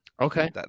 okay